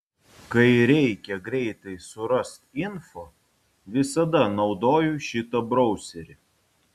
kai reikia greitai surast info visada naudoju šitą brauserį